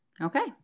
Okay